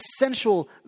essential